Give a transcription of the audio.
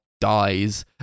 dies